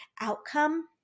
outcome